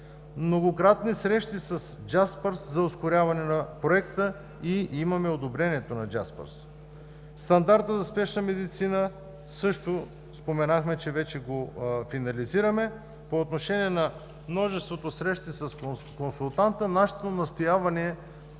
Многократни срещи с „Джаспърс“ за ускоряване на проекта и имаме одобрението на „Джаспърс“. Стандартът за спешна медицина също споменах, че вече го финализираме. По отношение на множеството срещи с консултанта нашето настояване е